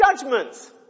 judgments